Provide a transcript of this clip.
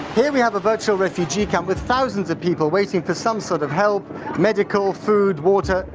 here we have a virtual refugee camp with thousands of people waiting for some sort of help medical, food, water,